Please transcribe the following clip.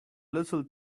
little